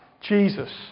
Jesus